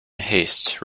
haste